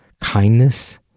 kindness